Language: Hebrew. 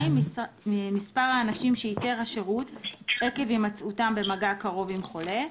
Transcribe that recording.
2.מספר האנשים שאיתר השירות עקב הימצאותם במגע קרוב עם חולה,